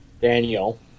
Daniel